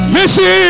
Missy